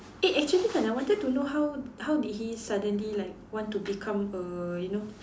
eh actually kan I wanted to know how how did he suddenly like want to become a you know